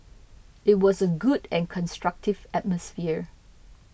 it was a good and constructive atmosphere